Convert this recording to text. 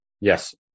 Yes